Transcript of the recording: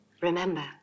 Remember